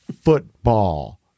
football